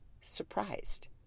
surprised